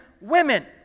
women